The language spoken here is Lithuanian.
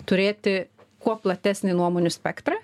turėti kuo platesnį nuomonių spektrą